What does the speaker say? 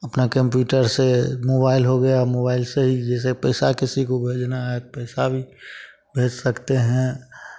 अपना कंप्यूटर से मोबाइल हो गया मोबाइल से ही जैसे पैसा किसी को भेजना है पैसा भी भेज सकते हैं